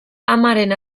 amaren